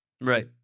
Right